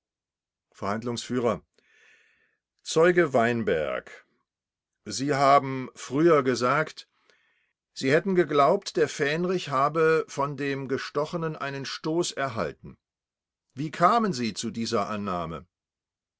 verhandlungsf zeuge weinberg sie haben früher gesagt sie hätten geglaubt der fähnrich habe von dem gestochenen einen stoß erhalten wie kamen sie zu dieser annahme